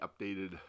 updated